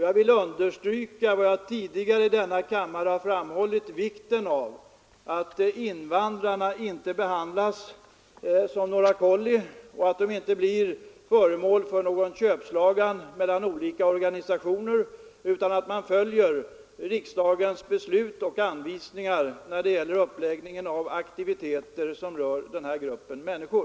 Jag har tidigare i denna kammare framhållit att invandrarna inte får behandlas som några kolli. De får inte bli föremål för köpslagan mellan olika organisationer, utan man bör följa riksdagens beslut och anvisningar när det gäller uppläggningen av aktiviteter för denna grupp människor.